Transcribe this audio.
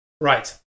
Right